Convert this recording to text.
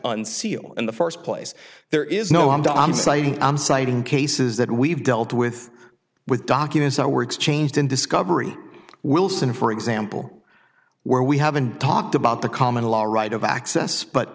unseal in the first place there is no harm done on site i'm citing cases that we've dealt with with documents that were exchanged in discovery wilson for example where we haven't talked about the common law right of access but